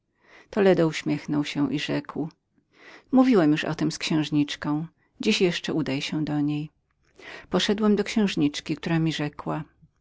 toledo uśmiechnął się i rzekł mówiłem już o tem z księżniczką wychodząc odemnie prosto do niej się udaj poszedłem do księżniczki która mi rzekła